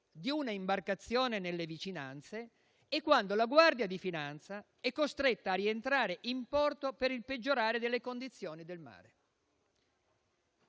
di un'imbarcazione nelle vicinanze e quando la Guardia di finanza è costretta a rientrare in porto per il peggiorare delle condizioni del mare.